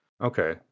Okay